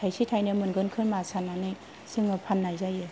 थायसे थायनै मोनगोनखोमा साननानै जोङो फाननाय जायो